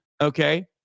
okay